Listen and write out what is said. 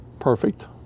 perfect